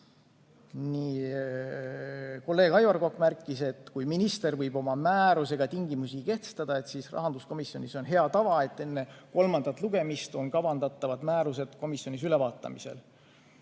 Kolleeg Aivar Kokk märkis, et kui minister võib oma määrusega tingimusi kehtestada, siis rahanduskomisjonis on hea tava, et enne kolmandat lugemist on kavandatavad määrused komisjonis ülevaatamisel.